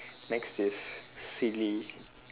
next is silly